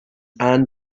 ann